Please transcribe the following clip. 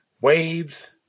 waves